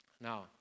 Now